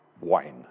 wine